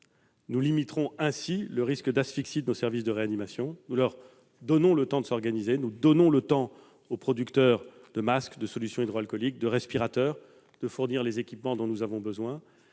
Nous limiterons ainsi le risque d'asphyxie de nos services de réanimation et nous leur donnerons le temps de s'organiser. Nous donnerons aussi le temps aux producteurs de masques, de solutions hydroalcooliques et de respirateurs de fournir les équipements dont nous avons besoin.